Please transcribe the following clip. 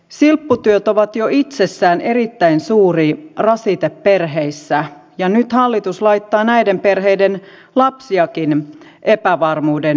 silpputyöt ovat jo itsessään erittäin suuri rasite perheissä ja nyt hallitus laittaa näiden perheiden lapsiakin epävarmuuden tilaan